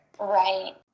Right